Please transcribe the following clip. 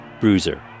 Bruiser